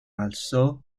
alzó